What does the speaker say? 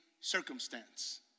circumstance